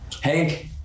Hank